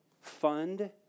fund